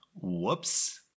Whoops